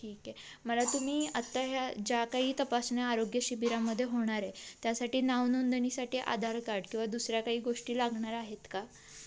ठीक आहे मला तुम्ही आत्ता ह्या ज्या काही तपासण्या आरोग्य शिबिरामध्ये होणार त्यासाठी नावनोंदणीसाठी आधार कार्ड किंवा दुसऱ्या काही गोष्टी लागणार आहेत का